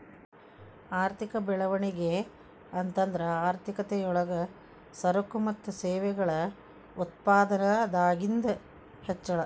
ಆರ್ಥಿಕ ಬೆಳವಣಿಗೆ ಅಂತಂದ್ರ ಆರ್ಥಿಕತೆ ಯೊಳಗ ಸರಕು ಮತ್ತ ಸೇವೆಗಳ ಉತ್ಪಾದನದಾಗಿಂದ್ ಹೆಚ್ಚಳ